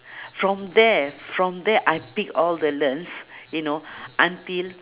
from there from there I pick all the learns you know until